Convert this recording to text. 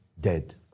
dead